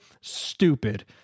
stupid